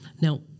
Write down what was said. Now